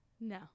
no